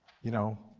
you know,